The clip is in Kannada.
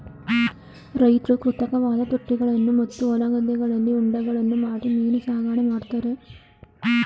ರೈತ್ರು ಕೃತಕವಾದ ತೊಟ್ಟಿಗಳನ್ನು ಮತ್ತು ಹೊಲ ಗದ್ದೆಗಳಲ್ಲಿ ಹೊಂಡಗಳನ್ನು ಮಾಡಿ ಮೀನು ಸಾಕಣೆ ಮಾಡ್ತರೆ